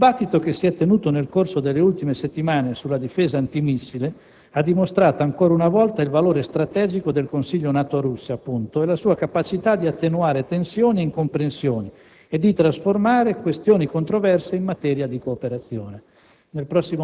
Il dibattito che si è tenuto nel corso delle ultime settimane sulla difesa antimissile ha dimostrato, ancora una volta, il valore strategico del Consiglio NATO-Russia, appunto, e la sua capacità di attenuare tensioni e incomprensioni e di trasformare questioni controverse in materia di cooperazione.